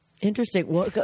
Interesting